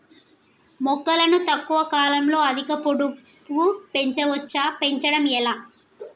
మొక్కను తక్కువ కాలంలో అధిక పొడుగు పెంచవచ్చా పెంచడం ఎలా?